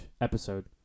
episode